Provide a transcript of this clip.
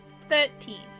Thirteen